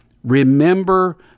remember